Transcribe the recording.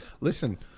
Listen